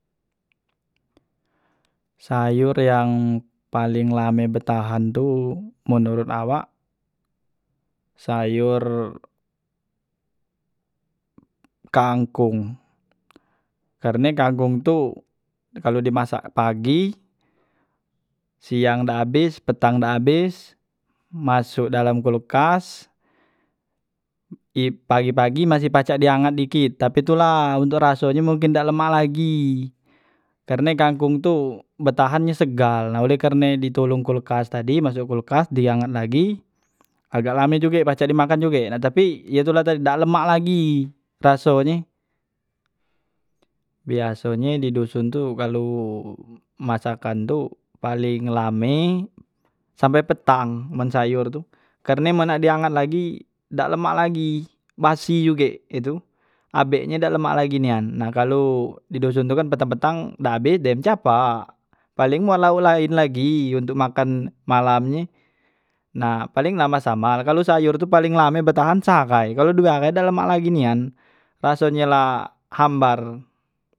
Sayor yang paling lame betahan tu menorot awak sayor kangkong karne kangkong tu kalu di masak pagi siang dak abes petang dak abes masok dalam kulkas i pagi- pagi masih pacak di angat dikit tapi tula untuk rasonyo mungkin dak lemak lagi karne kangkung tu betahan nye segal oleh karne di tolong kulkas tadi masok kulkas di angat lagi agak lame juge pacak di makan juge nah tapi ye tula tadi dak lemak lagi rasonye, biasonye di duson tu kalu masakan tu paling lame sampe petang men sayor tu karne men nak di angat lagi dak lemak lagi basi juge he tu abeknye dak lemak lagi nian nah kalo di duson tu kan petang- petang dak abes dem capak, paleng buat laok laen lagi untuk makan malam nye nah paleng nambah sambal kalu sayur tu paling lame betahan seahai kalu due ahai dak lemak lagi nian rasonye la hambar.